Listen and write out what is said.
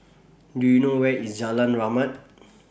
Do YOU know Where IS Jalan Rahmat